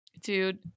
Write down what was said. Dude